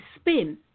spin